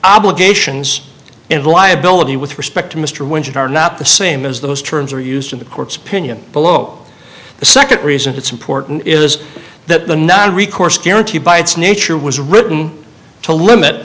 obligations and liability with respect to mr winston are not the same as those terms are used in the court's opinion below the second reason it's important is that the non recourse guaranteed by its nature was written to limit